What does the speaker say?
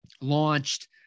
launched